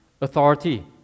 authority